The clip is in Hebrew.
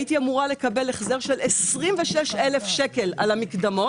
הייתי אמורה לקבל החזר של 26,000 שקל על המקדמות,